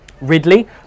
ridley